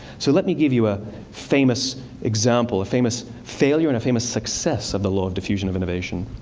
so let me give you a famous example, a famous failure and a famous success of the law of diffusion of innovation.